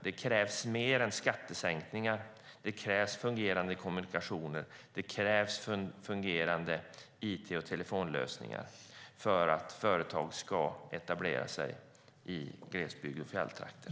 Det krävs mer än skattesänkningar. Det krävs fungerande kommunikationer. Det krävs fungerande it och telefonlösningar för att företag ska etablera sig i glesbygd och fjälltrakter.